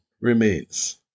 remains